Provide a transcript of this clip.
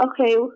okay